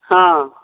हँ